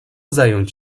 zająć